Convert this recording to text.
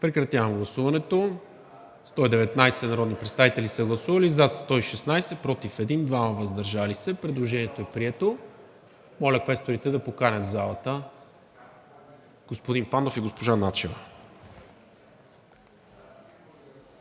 Тонев лица. Гласували 119 народни представители: за 116, против 1, въздържали се 2. Предложението е прието. Моля квесторите да поканят в залата господин Пандов и госпожа Начева.